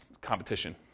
competition